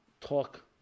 talk